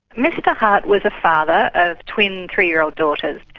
mr hart was a father of twin three-year-old daughters.